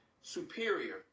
superior